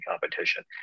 competition